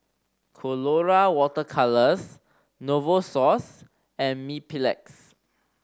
Colora Water Colours Novosource and Mepilex